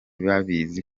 babizi